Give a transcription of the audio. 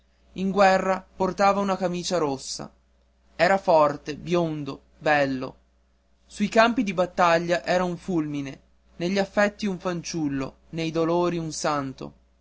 in guerra portava una camicia rossa era forte biondo bello sui campi di battaglia era un fulmine negli affetti un fanciullo nei dolori un santo